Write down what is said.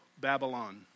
Babylon